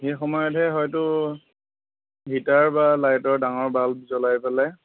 সেই সময়তহে হয়তো হিটাৰ বা লাইটৰ ডাঙৰ বাল্ব জ্বলাই পেলাই